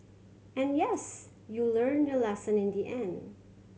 and yes you learnt your lesson in the end